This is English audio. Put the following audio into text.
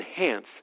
enhance